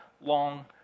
long